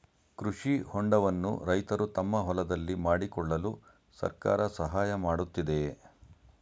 ಕೃಷಿ ಹೊಂಡವನ್ನು ರೈತರು ತಮ್ಮ ಹೊಲದಲ್ಲಿ ಮಾಡಿಕೊಳ್ಳಲು ಸರ್ಕಾರ ಸಹಾಯ ಮಾಡುತ್ತಿದೆಯೇ?